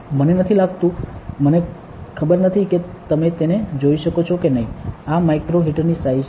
મને નથી લાગતું મને ખબર નથી કે તમે તેને જોઈ શકો છો કે નહીં આ માઇક્રો હીટરની સાઇઝ છે